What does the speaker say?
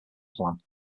plan